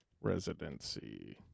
Residency